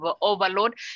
overload